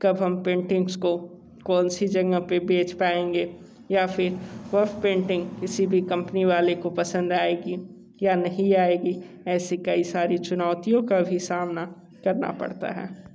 कब हम पेंटिंग्स को कौनसी जगह पर बेच पाएंगे या फिर वह पेंटिंग किसी भी कंपनी वाले को पसंद आएगी या नहीं आएगी ऐसी कई सारी चुनौतियों का भी सामना करना पड़ता है